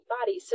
body